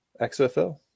XFL